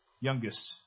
youngest